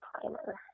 Primer